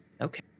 Okay